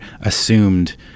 assumed